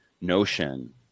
notion